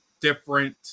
different